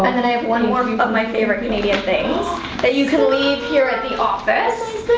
and then i have one more, but my favorite canadian things that you can leave here at the office